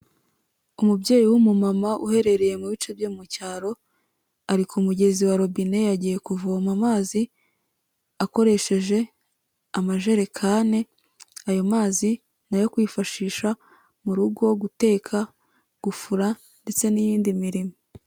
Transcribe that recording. Umubyeyi w'umumama uherereye mu bice byo mu cyaro ari ku mugezi wa robine yagiye kuvoma amazi akoresheje amajerekani, ayo mazi ni ayo kwifashisha mu rugo guteka, gufura ndetse n'iyindi mirimo.